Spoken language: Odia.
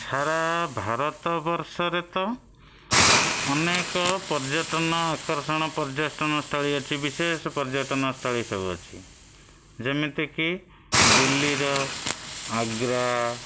ସାରା ଭାରତବର୍ଷରେ ତ ଅନେକ ପର୍ଯ୍ୟଟନ ଆକର୍ଷଣ ପର୍ଯ୍ୟଟନସ୍ଥଳୀ ଅଛି ବିଶେଷ ପର୍ଯ୍ୟଟନସ୍ଥଳୀ ସବୁ ଅଛି ଯେମିତି କି ଦିଲ୍ଲୀର ଆଗ୍ରା